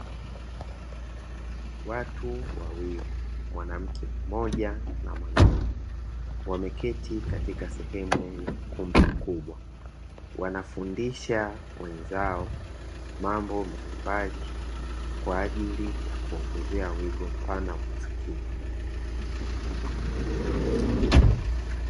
Watu wawili (mwanamke mmoja na mwanaume) wameketi katika sehemu ya ukumbi mkubwa, wanafundisha wenzao mambo mbalimbali kwa ajili ya kuongezea wigo mpana wa kufikiri.